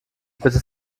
bitte